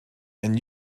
and